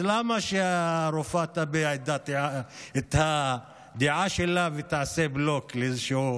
אז למה שהרופאה תביע את הדעה שלה ותעשה בלוק לאיזשהו